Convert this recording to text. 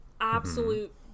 Absolute